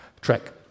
Trek